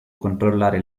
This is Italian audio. controllare